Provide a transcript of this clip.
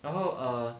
然后 err